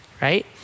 Right